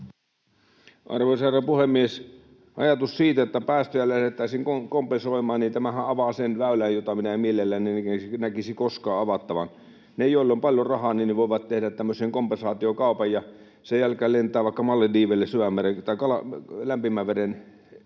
Arvoisa herra puhemies! Ajatus siitä, että päästöjä lähdettäisiin kompensoimaan, avaa sen väylän, jota minä en mielelläni näkisi koskaan avattavan. Ne, joilla on paljon rahaa, voivat tehdä tämmöisen kompensaatiokaupan ja sen jälkeen lentää vaikka Malediiveille tai lämpimän veden